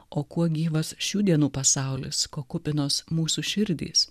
o kuo gyvas šių dienų pasaulis ko kupinos mūsų širdys